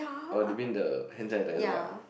oh do you mean the hand sanitizer lah